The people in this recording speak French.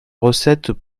recettes